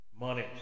money